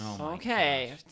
Okay